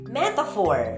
metaphor